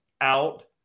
out